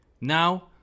Now